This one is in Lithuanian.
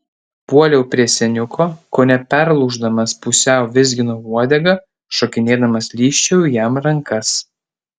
puoliau prie seniuko kone perlūždamas pusiau vizginau uodegą šokinėdamas lyžčiojau jam rankas